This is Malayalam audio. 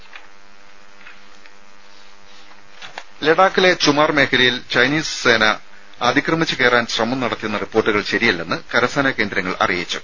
രേര ലഡാക്കിലെ ചുമാർ മേഖലയിൽ ചൈനീസ് സൈന്യം അതിക്രമിച്ച് കയറാൻ ശ്രമം നടത്തിയെന്ന റിപ്പോർട്ടുകൾ ശരിയല്ലെന്ന് കരസേനാ കേന്ദ്രങ്ങൾ അറിയിച്ചു